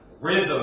rhythm